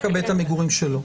לאו דווקא בית המגורים שלו.